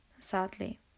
sadly